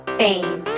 fame